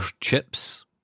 chips